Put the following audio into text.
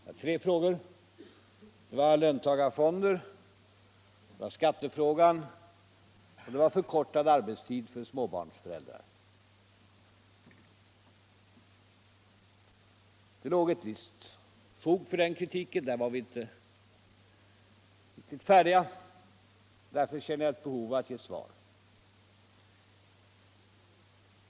De spörsmål det gällde var löntagarfonder, skattefrågan och förkortad arbetstid för småbarnsföräldrar. Det fanns visst fog för den kritiken — vi var inte riktigt färdiga i dessa frågor — och därför känner jag ett behov av att lämna ett svar.